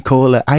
Cola